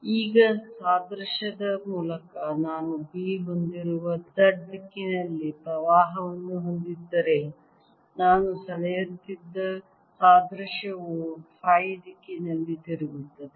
ಈಗ ಸಾದೃಶ್ಯದ ಮೂಲಕ ನಾನು B ಹೊಂದಿರುವ z ದಿಕ್ಕಿನಲ್ಲಿ ಪ್ರವಾಹವನ್ನು ಹೊಂದಿದ್ದರೆ ನಾನು ಸೆಳೆಯುತ್ತಿದ್ದ ಸಾದೃಶ್ಯವು ಫೈ ದಿಕ್ಕಿನಲ್ಲಿ ತಿರುಗುತ್ತದೆ